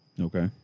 Okay